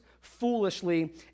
foolishly